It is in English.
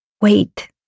Wait